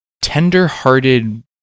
tender-hearted